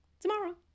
tomorrow